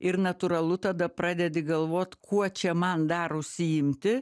ir natūralu tada pradedi galvot kuo čia man dar užsiimti